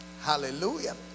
hallelujah